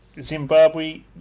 Zimbabwe